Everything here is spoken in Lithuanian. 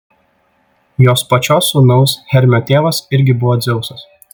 jos pačios sūnaus hermio tėvas irgi buvo dzeusas